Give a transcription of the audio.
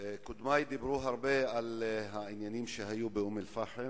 קודמי דיברו הרבה על העניינים שהיו באום-אל-פחם